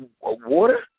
water